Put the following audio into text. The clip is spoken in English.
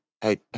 Hey